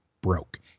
broke